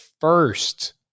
first